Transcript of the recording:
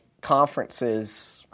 conferences